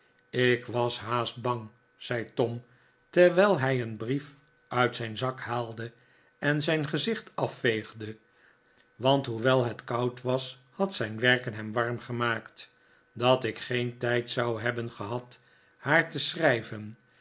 ik was haast bang zei tom terwijl hij een brief uit zijn zak haalde en zijn gezicht afveegde want hoewel het koud was had zijn werken hem warm gemaakt dat ik geen tijd zou hebben gehad haar te schrijven